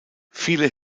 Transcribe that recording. viele